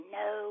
no